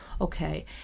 okay